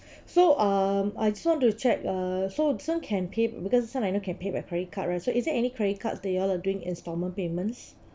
so um I just want to check uh so this [one] can pay because this [one] I know can pay by credit card right so is there any credit cards that you all are doing installment payments